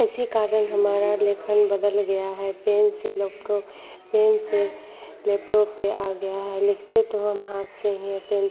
इसी कारण हमारा लेखन बदल गया है पेन से लेपटॉप पेन से लेपटॉप पर आ गया है लिखते तो हम हाथ से ही हैं पेन